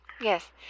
Yes